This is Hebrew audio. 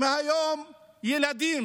ילדים